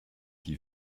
qui